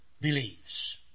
believes